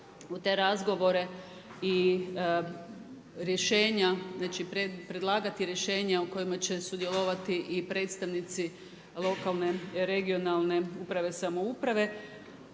i rješenja, znači predlagati rješenja u kojima će sudjelovati i predstavnici lokalne, regionalne, uprave, samouprave